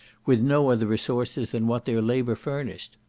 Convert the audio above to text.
with no other resources than what their labour furnished.